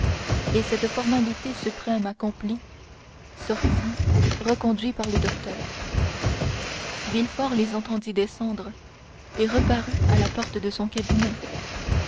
et cette formalité suprême accomplie sortit reconduit par le docteur villefort les entendit descendre et reparut à la porte de son cabinet